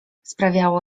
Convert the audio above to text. sprawiało